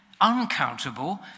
uncountable